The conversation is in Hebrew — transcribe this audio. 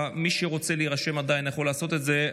מי שרוצה להירשם עדיין יכול לעשות את זה.